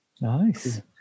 Nice